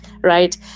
right